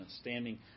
standing